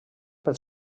per